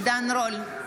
עידן רול,